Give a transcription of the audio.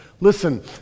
Listen